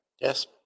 Yes